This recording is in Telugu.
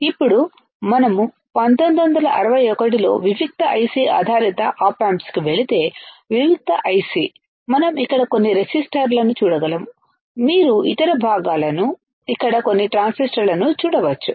ఇప్పుడు మనం 1961 లో వివిక్త ఐసి ఆధారిత ఆప్ ఆంప్స్కు వెళితే వివిక్త ఐసి మనం ఇక్కడ కొన్ని రెసిస్టర్లను చూడగలము మీరు ఇతర భాగాలను ఇక్కడ కొన్ని ట్రాన్సిస్టర్లను చూడవచ్చు